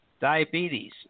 Diabetes